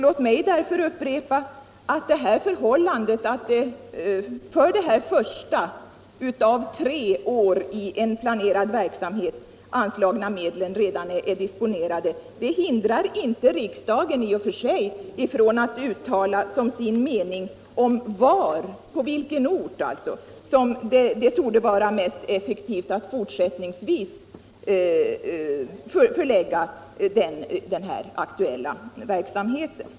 Låt mig därför upprepa att det förhållandet att de medel som anslagits för det första av tre år av en planerad verksamhet redan är disponerade i och för sig inte hindrar riksdagen från att uttala sin mening om var det torde vara mest effektivt att fortsättningsvis bedriva den aktuella verksamheten.